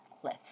cliff